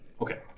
Okay